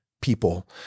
people